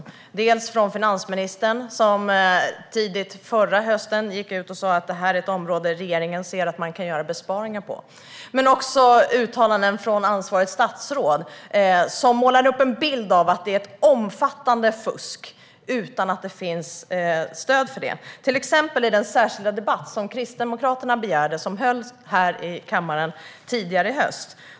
De kommer dels från finansministern, som tidigt förra hösten gick ut och sa att detta är ett område där regeringen ser att man kan göra besparingar, dels från det ansvariga statsrådet, som målar upp en bild av ett omfattande fusk - utan att det finns stöd för detta. Så skedde till exempel under den särskilda debatt som Kristdemokraterna begärde och som hölls här i kammaren tidigare i höst.